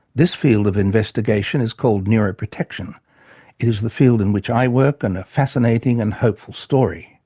this field of investigation is called neuroprotection it is the field in which i work and a fascinating and hopeful story.